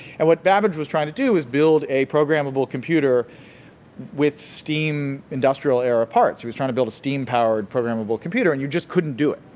and what babbage was trying to do was build a programmable computer with steam industrial era parts. he was trying to build a steam-powered programmable computer and you just couldn't do it,